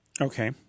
Okay